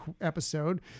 episode